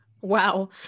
wow